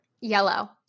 Yellow